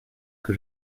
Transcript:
que